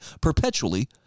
perpetually